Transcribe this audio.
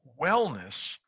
wellness